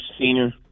senior